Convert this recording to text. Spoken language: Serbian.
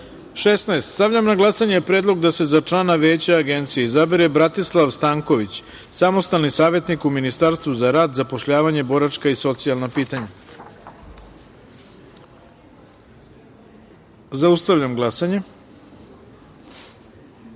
173.16. Stavljam na glasanje predlog da se za člana Veća Agencije izabere Bratislav Stanković, samostalni savetnik u Ministarstvu za rad, zapošljavanje, boračka i socijalna pitanja. Zaustavljam glasanje: